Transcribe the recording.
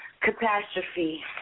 Catastrophe